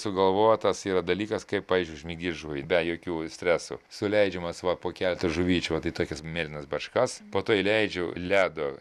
sugalvotas yra dalykas kaip pavyzdžiui užmigdyt žuvį be jokių stresų suleidžiamas va po keletą žuvyčių vat į tokias mėlynas bačkas po to įleidžiu ledo